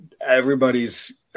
Everybody's